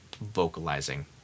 vocalizing